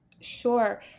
Sure